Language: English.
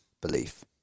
belief